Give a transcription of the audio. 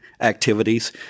activities